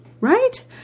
right